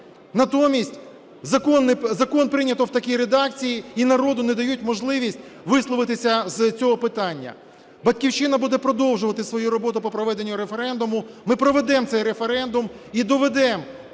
Натомість закон прийнято в такій редакції, і народу не дають можливість висловитися з цього питання. "Батьківщина" буде продовжувати свою роботу по проведенню референдуму, ми проведемо цей референдум і доведемо